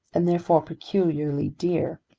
and therefore peculiarly dear.